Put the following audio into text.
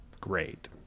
great